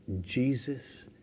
Jesus